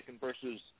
versus